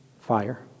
fire